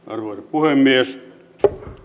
arvoisa puhemies